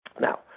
Now